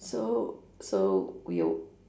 so so we'll